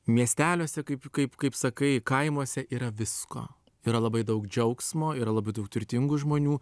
miesteliuose kaip kaip kaip sakai kaimuose yra visko yra labai daug džiaugsmo yra labai daug turtingų žmonių